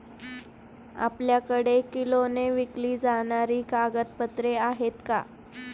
आपल्याकडे किलोने विकली जाणारी कागदपत्रे आहेत का?